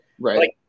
Right